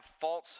false